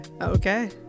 Okay